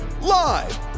Live